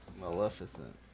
Maleficent